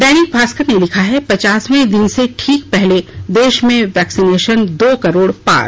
दैनिक भास्कर ने लिखा है पचासवें दिन से ठीक पहले देश में वैक्सिनेशन दो करोड़ पार